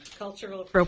Cultural